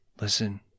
Listen